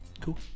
cool